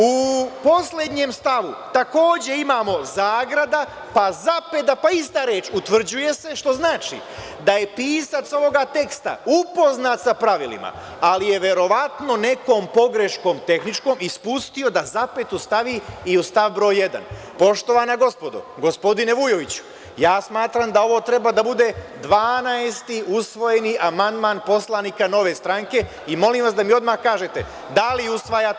U poslednjem stavu takođe imamo zagrada, pa zapeta, pa ista reč „utvrđuje se“, što znači da je pisac ovoga teksta upoznat sa pravilima, ali je verovatno nekom pogreškom tehničkom ispustio da zapetu stavi u stav broj 1. Poštovana gospodo, gospodine Vujoviću, ja smatram da ovo treba da bude 12. usvojeni amandman poslanika Nove stranke i molim vas da mi odmah kažete da li usvajate